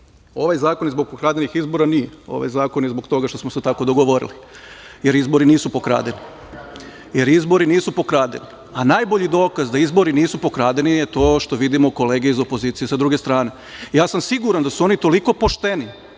Ovaj zakon zbog pokradenih izbora nije. Ovaj zakon je zbog toga što smo se tako dogovorili, jer izbori nisu pokradeni. Najbolji dokaz da izbori nisu pokradeni je to što vidimo kolege iz opozicije sa druge strane. Ja sam siguran da su oni toliko pošteni,